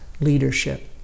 leadership